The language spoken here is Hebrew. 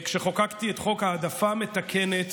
כשחוקקתי את חוק ההעדפה המתקנת